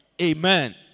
amen